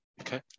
Okay